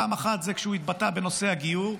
פעם אחת זה כשהוא התבטא בנושא הגיור,